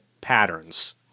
patterns